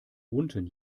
unten